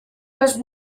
les